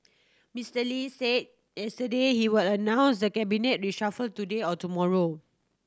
Mister Lee say yesterday he will announce the cabinet reshuffle today or tomorrow